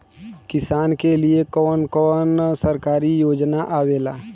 किसान के लिए कवन कवन सरकारी योजना आवेला?